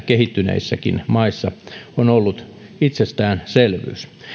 kehittyneissä maissa on ollut itsestäänselvyys